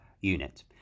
unit